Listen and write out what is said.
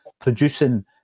producing